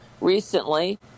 recently